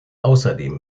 außerdem